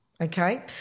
Okay